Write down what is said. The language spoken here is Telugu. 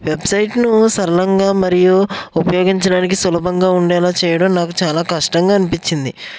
వెబ్సైట్ ను సరళంగా మరియు ఉపయోగించడానికి సులభంగా ఉండేలాగా చేయడం నాకు చాలా కష్టంగా అనిపించింది